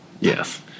yes